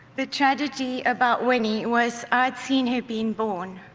the tragedy about winnie was i'd seen her being born,